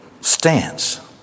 stance